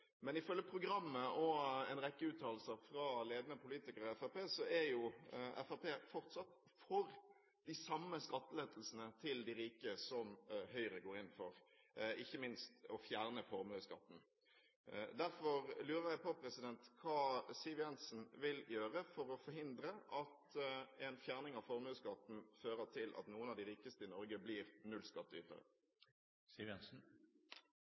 Men ifølge programmet og en rekke uttalelser fra ledende politikere fra Fremskrittspartiet er Fremskrittspartiet fortsatt for de samme skattelettelsene til de rike som Høyre går inn for, ikke minst når det gjelder å fjerne formuesskatten. Derfor lurer jeg på hva Siv Jensen vil gjøre for å forhindre at en fjerning av formuesskatten fører til at noen av de rikeste i Norge blir